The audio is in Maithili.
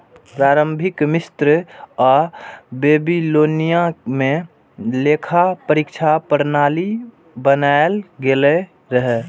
प्रारंभिक मिस्र आ बेबीलोनिया मे लेखा परीक्षा प्रणाली बनाएल गेल रहै